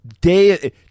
day